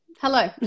Hello